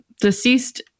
deceased